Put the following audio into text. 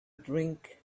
drink